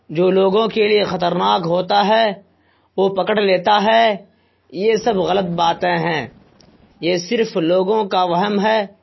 جو لوگوں کے لیے خطرناک ہوتا ہے وہ پکڑ لیتا ہے یہ سب غلط باتیں ہیں یہ صرف لوگوں کا وہم ہے